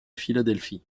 philadelphie